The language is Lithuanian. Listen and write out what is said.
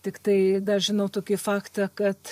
tiktai dar žinau tokį faktą kad